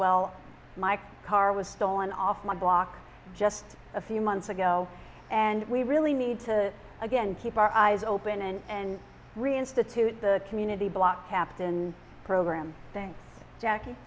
well my car was stolen off my block just a few months ago and we really need to again keep our eyes open and reinstitute the community block captain program thing jackie